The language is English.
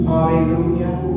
Hallelujah